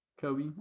Kobe